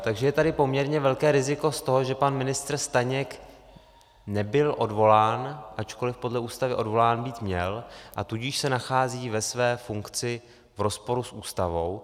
Takže je tady poměrně velké riziko z toho, že pan ministr Staněk nebyl odvolán, ačkoliv podle Ústavy odvolán být měl, a tudíž se nachází ve své funkci v rozporu s Ústavou.